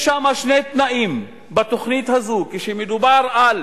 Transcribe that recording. יש שם שני תנאים בתוכנית הזו: מדובר על